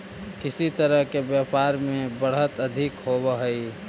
किस तरह के व्यापार में बढ़त अधिक होवअ हई